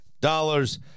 Dollars